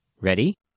Ready